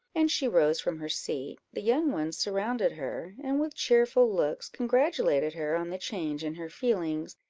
and she rose from her seat, the young ones surrounded her, and with cheerful looks congratulated her on the change in her feelings,